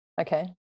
Okay